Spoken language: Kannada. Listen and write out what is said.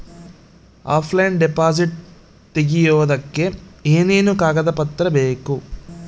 ಆಫ್ಲೈನ್ ಡಿಪಾಸಿಟ್ ತೆಗಿಯೋದಕ್ಕೆ ಏನೇನು ಕಾಗದ ಪತ್ರ ಬೇಕು?